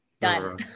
done